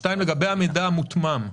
דבר שני, לגבי המידע המותמם,